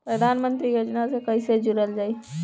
प्रधानमंत्री योजना से कैसे जुड़ल जाइ?